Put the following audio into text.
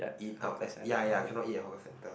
eat out at ya ya cannot eat at hawker center